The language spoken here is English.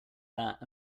that